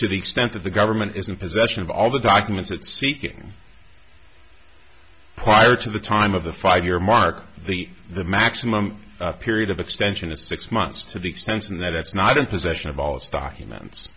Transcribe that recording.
to the extent that the government is in possession of all the documents it's seeking prior to the time of the five year mark the the maximum period of extension is six months to the extension that's not in possession of all its documents